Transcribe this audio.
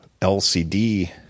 LCD